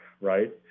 right